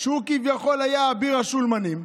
שהוא כביכול היה אביר השולמנים,